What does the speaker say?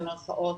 במרכאות,